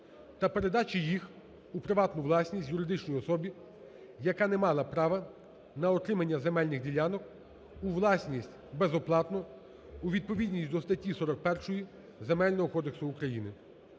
та передачі їх у приватну власність юридичній особі, яка не мала права на отримання земельних ділянок, у власність безоплатно у відповідність до статті 41